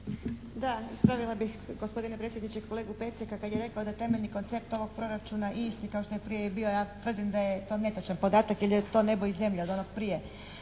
Da, ispravila bih, gospodine predsjedniče, kolegu Peceka kad je rekao da je temeljni koncept ovog proračuna isti kao što je prije i bio. Ja tvrdim da je to netočan podatak jer je to nebo i zemlja od onoga prije.